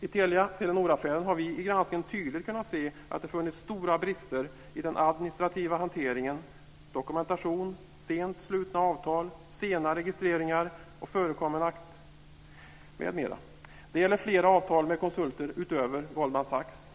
I Telia-Telenor-affären har vi i granskningen tydligt kunnat se att det funnits stora brister i den administrativa hanteringen och i dokumentationen, sent slutna avtal, sena registreringar, förkommen akt m.m. Detta gäller flera avtal med konsulter utöver Goldman Sachs.